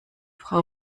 frau